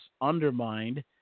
undermined